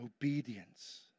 Obedience